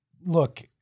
look